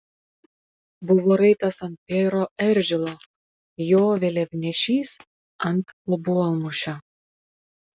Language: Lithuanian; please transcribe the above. buvo raitas ant bėro eržilo jo vėliavnešys ant obuolmušio